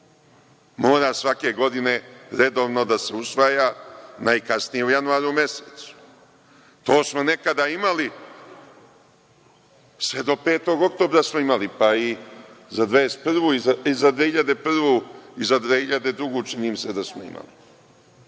mora svake godine redovno da se usvaja najkasnije u januaru mesecu. To smo nekada imali sve dok 5. oktobra smo imali, pa i za 2001. godinu i 2002. godinu čini mi se da smo imali,